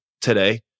today